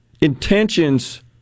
intentions